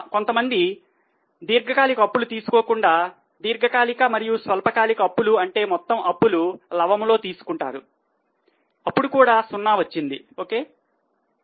కొంతమంది దీర్ఘకాలిక అప్పులు తీసుకోకుండా దీర్ఘకాలిక మరియు స్వల్పకాలిక అప్పులు అంటే మొత్తం అప్పులు లవములో తీసుకున్నారు అప్పుడు కూడా 0 వచ్చినది ok